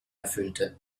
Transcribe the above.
erfüllte